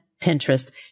Pinterest